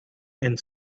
and